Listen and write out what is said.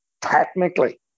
technically